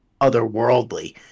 otherworldly